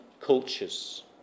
cultures